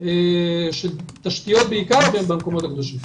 של תשתיות במקומות הקדושים.